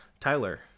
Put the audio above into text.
tyler